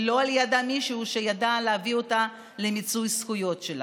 ולא היה לידה מישהו שידע להביא אותה למיצוי הזכויות שלה.